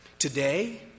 Today